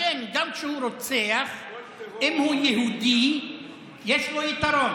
כן, כן, מגוף זר, מכל גוף זר.